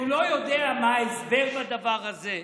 הוא לא יודע מה ההסבר לדבר הזה.